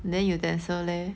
then utensil leh